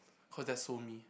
cause that's so me